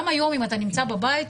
גם היום אם אתה נמצא בבית,